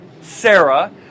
Sarah